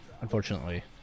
unfortunately